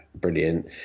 brilliant